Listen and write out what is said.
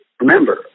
remember